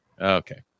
Okay